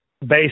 based